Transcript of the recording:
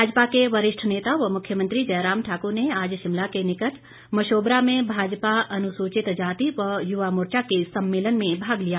भाजपा के वरिष्ठ नेता व मुख्यमंत्री जयराम ठाकुर ने आज शिमला के निकट मशोबरा में भाजपा अनुसूचित जाति व युवा मोर्चा के सम्मेलन में भाग लिया